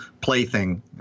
plaything